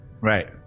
Right